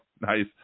Nice